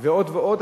ועוד ועוד.